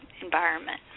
environment